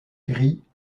gris